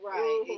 Right